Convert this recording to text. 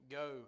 go